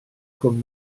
cwm